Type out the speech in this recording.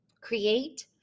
create